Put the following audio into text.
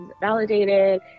validated